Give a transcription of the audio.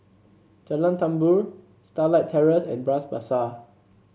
Jalan Tambur Starlight Terrace and Bras Basah